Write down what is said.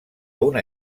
una